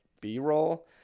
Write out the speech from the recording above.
B-roll